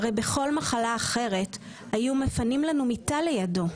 הרי בכל מחלה אחרת היו מפנים לנו מיטה לידו.